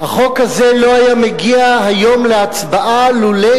החוק הזה לא היה מגיע היום להצבעה לולא